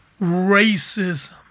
Racism